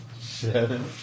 Seven